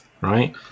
right